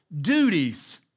duties